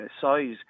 size